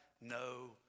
no